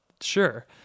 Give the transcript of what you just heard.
Sure